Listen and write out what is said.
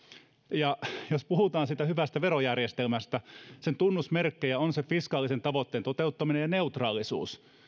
ja jos puhutaan hyvästä verojärjestelmästä sen tunnusmerkkejä on fiskaalisen tavoitteen toteuttaminen ja neutraalisuus